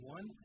One